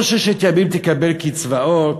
לא 'ששת ימים תקבל קצבאות',